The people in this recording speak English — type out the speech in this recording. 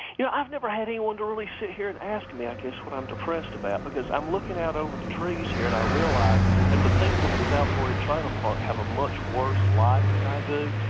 you know, i've never had anyone to really sit here and ask me, i guess, what i'm depressed about. because i'm looking out over the trees here, and i realize that the people in the south forty trailer park have a much worse life than i do.